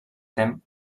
tem